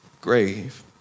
grave